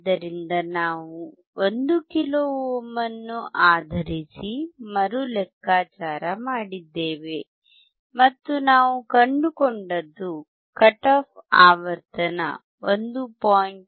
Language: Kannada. ಆದ್ದರಿಂದ ನಾವು 1 ಕಿಲೋ ಓಮ್ ಅನ್ನು ಆಧರಿಸಿ ಮರು ಲೆಕ್ಕಾಚಾರ ಮಾಡಿದ್ದೇವೆ ಮತ್ತು ನಾವು ಕಂಡುಕೊಂಡದ್ದು ಕಟ್ ಆಫ್ ಆವರ್ತನ 1